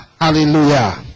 Hallelujah